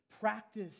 practice